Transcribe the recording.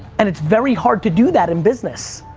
and it's very hard to do that in business.